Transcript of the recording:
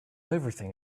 everything